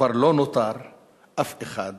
כבר לא נותר אף אחד